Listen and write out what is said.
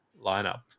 lineup